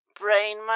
brain